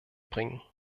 bringen